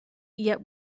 yet